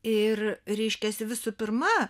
ir reiškiasi visu pirma